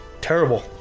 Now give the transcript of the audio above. terrible